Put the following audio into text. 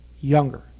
younger